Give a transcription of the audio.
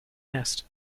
nest